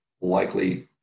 likely